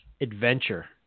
adventure